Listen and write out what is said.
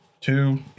two